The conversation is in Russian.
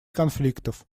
конфликтов